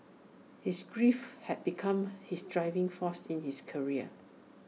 his grief had become his driving force in his career